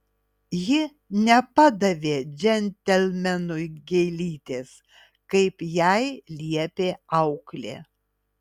ji nepadavė džentelmenui gėlytės kaip jai liepė auklė